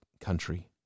country